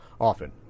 often